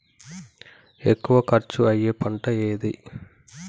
ఎక్కువ ఖర్చు అయ్యే పంటేది?